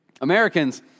Americans